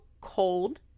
cold